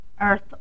Earth